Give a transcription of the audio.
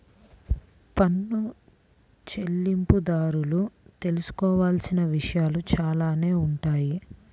పన్ను చెల్లింపుదారులు తెలుసుకోవాల్సిన విషయాలు చాలానే ఉంటాయి